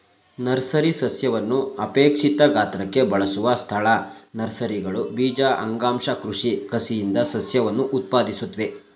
nursery ಸಸ್ಯವನ್ನು ಅಪೇಕ್ಷಿತ ಗಾತ್ರಕ್ಕೆ ಬೆಳೆಸುವ ಸ್ಥಳ ನರ್ಸರಿಗಳು ಬೀಜ ಅಂಗಾಂಶ ಕೃಷಿ ಕಸಿಯಿಂದ ಸಸ್ಯವನ್ನು ಉತ್ಪಾದಿಸುತ್ವೆ